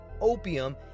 opium